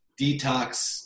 detox